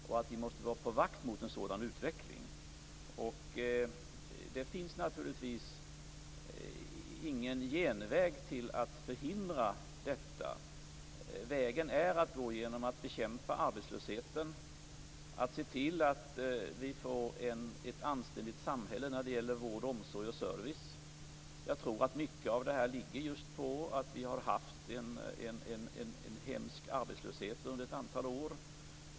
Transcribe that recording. Vi måste vara på vår vakt mot en sådan utveckling. Det finns naturligtvis ingen genväg till att förhindra detta. Vägen är att bekämpa arbetslösheten och se till att vi får ett anständigt samhälle när det gäller vård, omsorg och service. Jag tror att mycket av det här beror på att vi har haft en hemsk arbetslöshet under ett antal år.